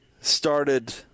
started –